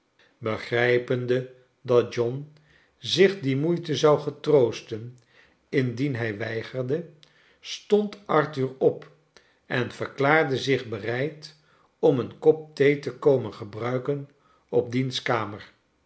begrijpende dat john zich die moeite zou getroosten indien hij weigerde stond arthur op en verklaarde zich bereid om een kop thee te komen gebruiken op diens kamer